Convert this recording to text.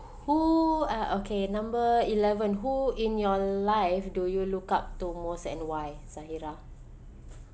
who ah okay number eleven who in your life do you look up to most and why zahirah